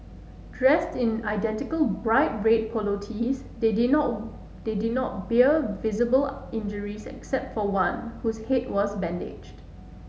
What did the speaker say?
dressed in identical bright red polo tees they did not they did not bear visible injuries except for one whose head was bandaged